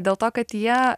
dėl to kad jie